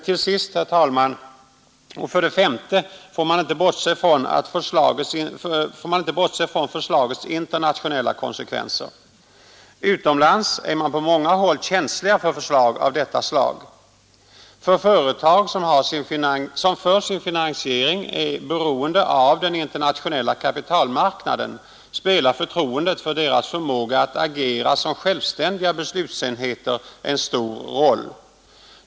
Till sist, herr talman, får man för det femte inte bortse från förslagets internationella konsekvenser. Utomlands är man på många håll känsliga för förslag av detta slag. För företag, som för sin finansiering är beroende av den internationella kapitalmarknaden, spelar förtroendet för deras förmåga att agera som självständiga beslutsenheter en stor roll.